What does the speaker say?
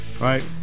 Right